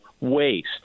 waste